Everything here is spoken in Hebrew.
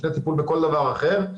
לפני טיפול בכל דבר אחר.